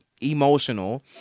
emotional